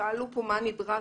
שאלו פה מה נדרש.